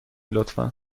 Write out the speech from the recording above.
لطفا